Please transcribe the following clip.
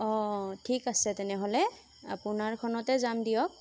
অঁ ঠিক আছে তেনেহ'লে আপোনাৰখনতে যাম দিয়ক